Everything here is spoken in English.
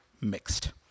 mixed